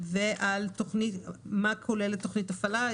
ומה כוללת תוכנית הפעלה.